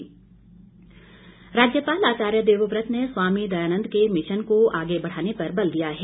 राज्यपाल राज्यपाल आचार्य देवव्रत ने स्वामी दयानन्द के मिशन को आगे बढ़ाने पर बल दिया है